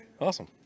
awesome